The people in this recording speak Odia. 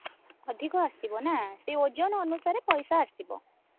ଅଧିକ ଆସିବ ନା ସେ ଓଜନ ଅନୁସାରେ ପଇସା ଆସିବ